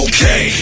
Okay